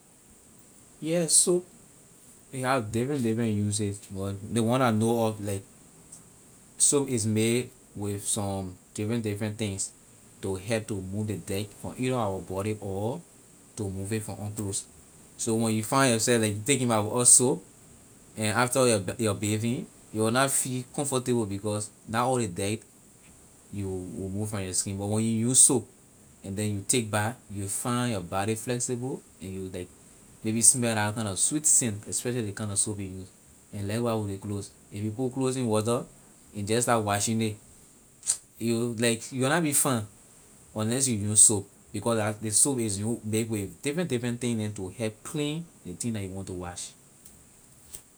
Yeah so we have different different uses but ley one I know of like soap is made with some different different things to help to move ley dart from either our body or to move it from on clothes so when you find yourself like taking bath without soap and after your bathing you will na feel comfortable because na all ley dart you will move from your skin but when you use soap and then you take bath you will find your body flexible and you will like maybe smell la kind na sweet scent especially ley kind na soap you use and likewise with ley clothes when you just put clothes in water and start washing it you like you will na feel fine unless you use soap because la ley soap is use make with different different thing neh to help clean ley thing neh you want to wash.